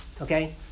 okay